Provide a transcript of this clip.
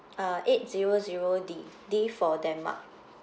uh eight zero zero D D for denmark